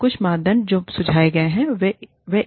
और कुछ मापदंड जो सुझाए गए हैं वे एक हैं